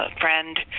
friend